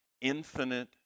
infinite